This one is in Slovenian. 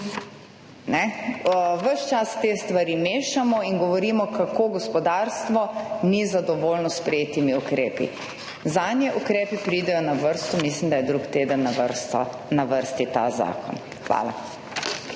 Ves čas te stvari mešamo in govorimo kako gospodarstvo ni zadovoljno s sprejetimi ukrepi. Zanje ukrepi pridejo na vrsto, mislim, da je drug teden na vrsto na vrsti ta zakon. Hvala.